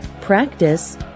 practice